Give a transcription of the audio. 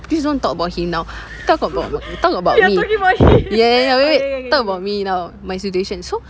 please don't talk about him now talk about like we talk about me ya ya ya wait wait talk about me now my situation so